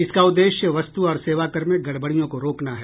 इसका उद्देश्य वस्तु और सेवाकर में गड़बडियों को रोकना है